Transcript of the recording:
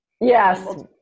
Yes